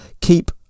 keep